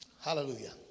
Hallelujah